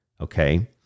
okay